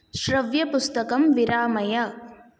श्रव्यपुस्तकं विरामय